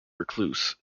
recluse